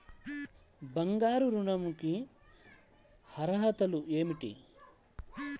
బంగారు ఋణం కి అర్హతలు ఏమిటీ?